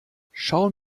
schauen